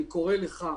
אני קורא לך,